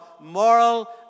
moral